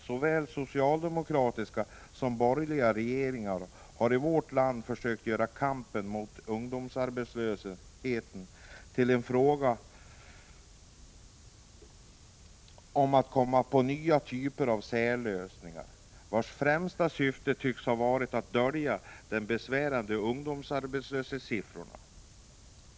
Såväl socialdemokratiska som borgerliga regeringar har i vårt land försökt göra kampen mot ungdomsarbetslösheten till en fråga om att komma på nya typer av särlösningar, vilkas främsta syfte tycks ha varit att dölja de besvärande ungdomsarbetslöshetssiffrorna.